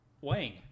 Wang